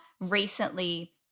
recently